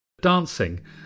Dancing